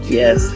yes